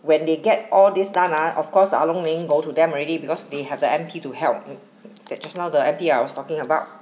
when they get all this stunt ah of course 啊窿 didn't go to them already because they have the M_P to help in that just now the M_P I was talking about